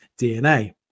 DNA